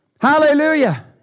Hallelujah